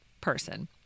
person